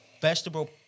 vegetable